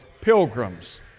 pilgrims